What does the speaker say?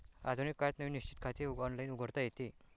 आधुनिक काळात नवीन निश्चित खाते ऑनलाइन उघडता येते